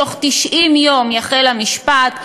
בתוך 90 יום יחל המשפט.